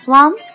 one